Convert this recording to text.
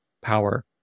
power